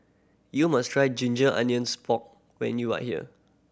you must try ginger onions pork when you are here